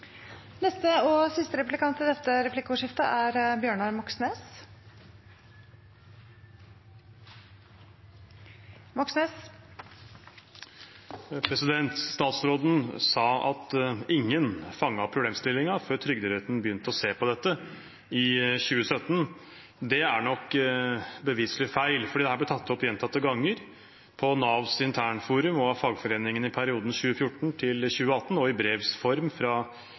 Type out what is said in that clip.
Statsråden sa at ingen fanget opp problemstillingen før Trygderetten begynte å se på dette i 2017. Det er nok beviselig feil, for dette ble tatt opp gjentatte ganger på Navs internforum og av fagforeningene i perioden 2014 til 2018, og i brevs form fra